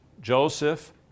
Joseph